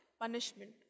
punishment